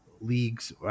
leagues